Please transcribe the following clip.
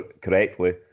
correctly